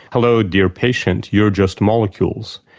hello dear patient, you're just molecules'.